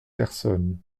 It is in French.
personnes